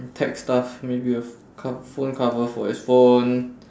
tech stuff maybe a ph~ cove~ phone cover for his phone